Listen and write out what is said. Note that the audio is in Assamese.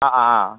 অঁ অঁ